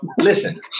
listen